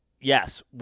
yes